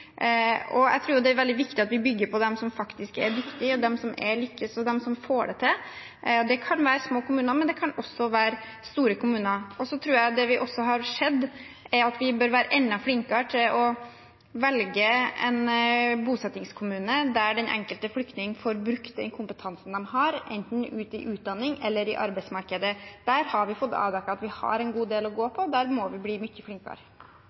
Jeg tror det er veldig viktig at vi bygger på dem som faktisk er dyktige, dem som lykkes, dem som får det til. Det kan være små kommuner, men det kan også være store kommuner. Det vi også har sett, er at vi bør være enda flinkere til å velge en bosettingskommune der den enkelte flyktning får brukt den kompetansen man har, enten i utdanning eller i arbeidsmarkedet. Der har vi fått avdekket at vi har en god del å gå på, der må vi bli mye flinkere.